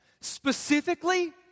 Specifically